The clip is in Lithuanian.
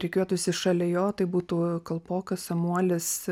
rikiuotųsi šalia jo tai būtų kalpokas samuolis